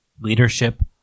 leadership